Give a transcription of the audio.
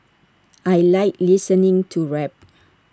I Like listening to rap